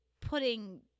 putting